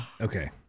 Okay